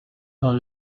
dans